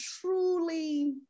truly